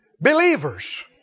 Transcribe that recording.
believers